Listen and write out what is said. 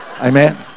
Amen